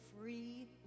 free